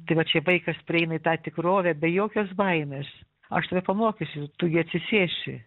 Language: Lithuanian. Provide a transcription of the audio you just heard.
tai va čia vaikas prieina į tą tikrovę be jokios baimės aš tave pamokysiu tu gi atsisėsi